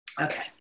Okay